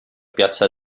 piazza